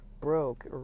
broke